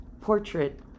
portrait